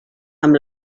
amb